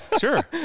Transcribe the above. Sure